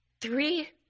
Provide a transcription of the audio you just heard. Three